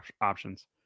options